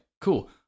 cool